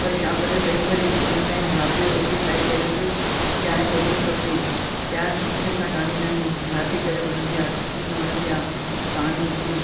वरी शाम जो चई वजे बि पीअंदा आहियूं राति जो रोटी खाई करे बि चांहि ज़रूरु खपे चांहि बि सुठे सां काढ़िंदा आहियूं घाटी करे वणंदी आहे छिटरी न वणंदी आहे पाणी विझूं